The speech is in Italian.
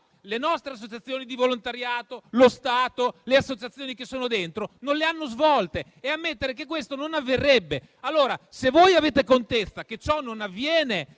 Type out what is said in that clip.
le nostre associazioni di volontariato, lo Stato, le associazioni che sono coinvolte non le hanno svolte e ammettere che questo non avverrebbe. Se voi avete contezza che ciò non avviene,